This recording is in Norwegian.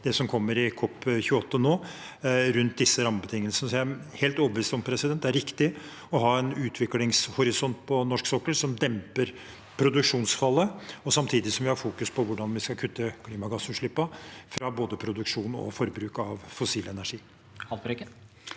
det som kommer i COP28 nå, rundt disse rammebetingelsene. Jeg er helt overbevist om at det er riktig å ha en utviklingshorisont på norsk sokkel som demper produksjonsfallet, samtidig som vi fokuserer på hvordan vi skal kutte klimagassutslippene fra både produksjon og forbruk av fossil energi.